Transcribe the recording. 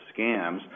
scams